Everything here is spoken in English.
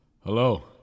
Hello